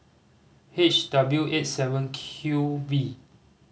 H W eight seven Q V